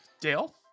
Dale